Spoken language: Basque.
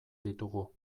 ditugu